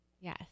Yes